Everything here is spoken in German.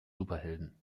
superhelden